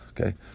okay